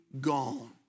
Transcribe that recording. gone